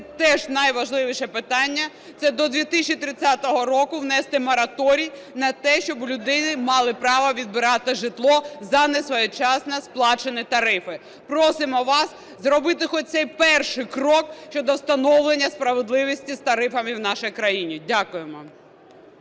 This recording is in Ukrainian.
це теж найважливіше питання, це до 2030 року внести мораторій на те, щоб у людини мали право відбирати житло за несвоєчасно сплачені тарифи. Просимо вас зробити хоч цей перший крок щодо встановлення справедливості з тарифами в нашій країні. Дякуємо.